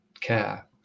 care